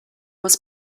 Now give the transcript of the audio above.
was